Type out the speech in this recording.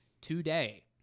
today